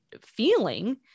feeling